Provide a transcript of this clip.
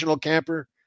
camper